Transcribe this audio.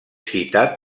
citat